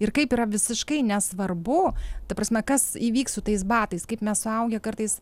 ir kaip yra visiškai nesvarbu ta prasme kas įvyks su tais batais kaip mes suaugę kartais